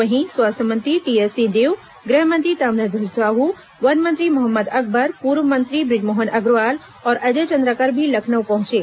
वहीं स्वास्थ्य मंत्री टीएस सिंहदेव गृहमंत्री ताम्रध्वज साहू वन मंत्री मोहम्मद अकबर पूर्व मंत्री बृहमोहन अग्रवाल और अजय चंद्राकर भी लखनऊ पहुंचे